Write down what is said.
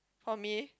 for me